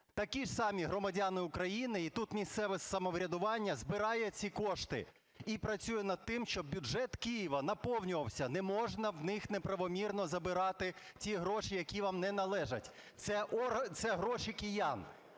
такі ж самі громадяни України, і тут місцеве самоврядування збирає ці кошти і працює над тим, щоб бюджет Києва наповнювався. Не можна в них неправомірно забирати ті гроші, які вам не належать! Це гроші киян!